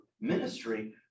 ministry